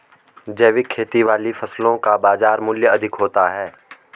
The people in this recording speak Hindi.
जैविक खेती वाली फसलों का बाजार मूल्य अधिक होता है